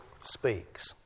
speaks